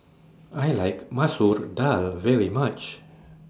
I like Masoor Dal very much